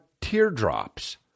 teardrops